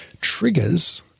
triggers